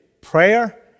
prayer